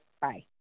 Bye